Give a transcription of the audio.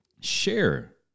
share